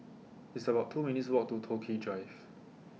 It's about two minutes' Walk to Toh Ki Drive